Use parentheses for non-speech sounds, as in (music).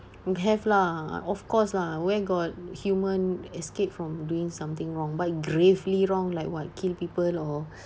have lah of course lah where got human escape from doing something wrong but gravely wrong like what kill people or (breath)